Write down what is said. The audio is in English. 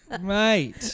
Mate